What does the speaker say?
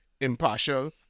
impartial